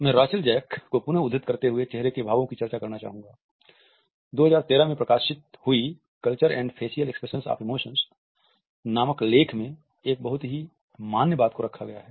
मैं Rachel Jack नामक लेख में एक बहुत ही मान्य बात को रखा गया है